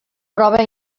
prova